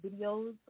videos